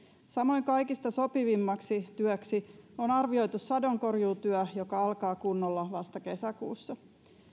samoin kaikista sopivimmaksi työksi on arvioitu sadonkorjuutyö joka alkaa kunnolla vasta kesäkuussa